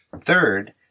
Third